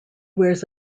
wears